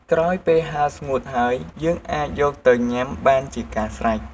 ក្រោយពេលហាលស្ងួតហើយ យើងអាចយកទៅញ៉ាំបានជាកាស្រេច។